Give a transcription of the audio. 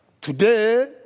Today